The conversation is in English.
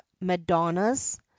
Madonnas